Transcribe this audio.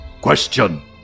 Question